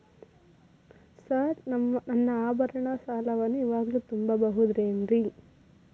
Sir ನನ್ನ ಆಭರಣ ಸಾಲವನ್ನು ಇವಾಗು ತುಂಬ ಬಹುದೇನ್ರಿ?